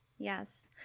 Yes